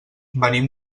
venim